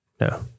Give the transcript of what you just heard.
no